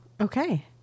Okay